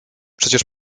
przecież